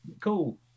Cool